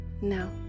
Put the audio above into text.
Now